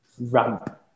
RAMP